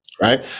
right